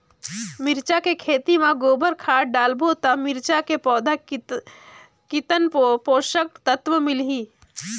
मिरचा के खेती मां गोबर खाद डालबो ता मिरचा के पौधा कितन पोषक तत्व मिलही?